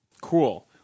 Cool